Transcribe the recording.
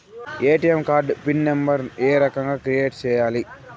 ATM card pin number ఏ రకంగా create సేయాలి